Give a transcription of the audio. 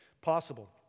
possible